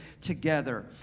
together